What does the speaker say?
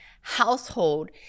household